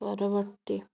ପରବର୍ତ୍ତୀ